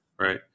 Right